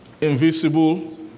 Invisible